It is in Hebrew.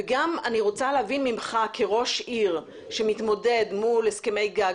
וגם אני רוצה להבין ממך כראש עיר שמתמודד מול הסכמי גג,